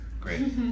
Great